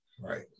Right